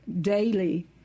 daily